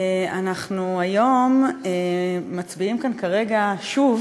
תודה רבה, אנחנו מצביעים כאן היום שוב